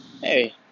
Hey